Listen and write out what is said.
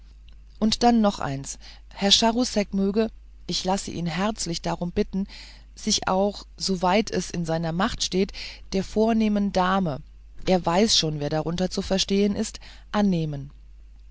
und dann noch eins herr charousek möge ich lasse ihn herzlich drum bitten sich auch soweit es in seiner macht steht der vornehmen dame er weiß schon wer darunter zu verstehen ist annehmen